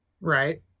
Right